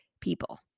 people